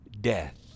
death